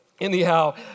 Anyhow